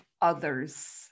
others